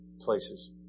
places